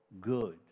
good